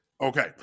Okay